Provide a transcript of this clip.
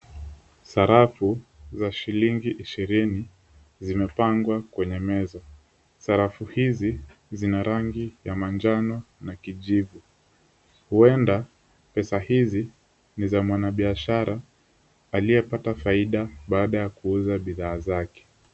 Sarafu za shilingi ishirini zimepangwa kwenye meza. Sarafu hizi zina rangi ya manjano na kijivu. Huenda pesa hizi ni za mwanabiashara aliyepata faida baada ya kuuza bidhaa zake.